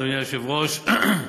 אדוני היושב-ראש, תודה,